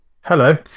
Hello